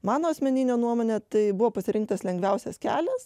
mano asmenine nuomone tai buvo pasirinktas lengviausias kelias